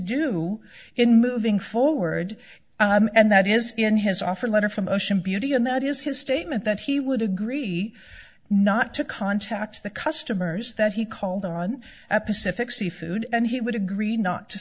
do in moving forward and that is in his offer letter from ocean beauty and that is his statement that he would agree not to contact the customers that he called on at pacific seafood and he would agree not to